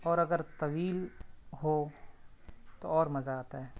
اور اگر طویل ہو تو اور مزہ آتا ہے